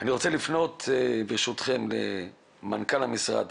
אני רוצה לפנות ברשותכם למנכ"ל המשרד,